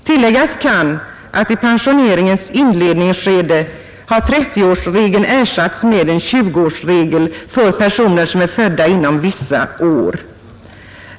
Tilläggas kan att i pensioneringens inledningsskede har 30-årsregeln ersatts med en 20-årsregel för personer som är födda inom vissa år.